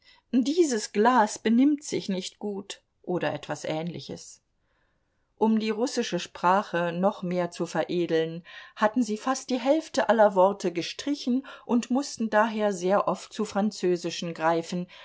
dieses glas benimmt sich nicht gut oder etwas ähnliches um die russische sprache noch mehr zu veredeln hatten sie fast die hälfte aller worte gestrichen und mußten daher sehr oft zu französischen greifen